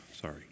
Sorry